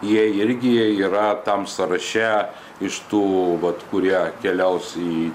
jie irgi jie yra tam sąraše iš tų vat kurie keliaus į